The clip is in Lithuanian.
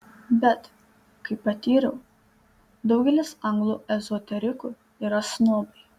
bet kaip patyriau daugelis anglų ezoterikų yra snobai